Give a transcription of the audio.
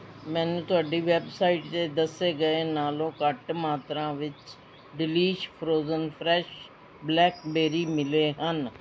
ਮੈਨੂੰ ਤੁਹਾਡੀ ਵੈੱਬਸਾਈਟ 'ਤੇ ਦੱਸੇ ਗਏ ਨਾਲੋਂ ਘੱਟ ਮਾਤਰਾ ਵਿੱਚ ਡਿਲੀਸ਼ ਫਰੋਜ਼ਨ ਫ੍ਰੈਸ਼ ਬਲੈਕਬੇਰੀ ਮਿਲੇ ਹਨ